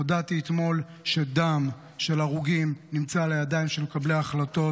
הודעתי אתמול שדם של הרוגים נמצא על הידיים של מקבלי ההחלטות.